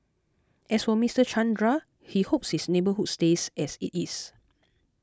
as for Mister Chandra he hopes his neighbourhood stays as it is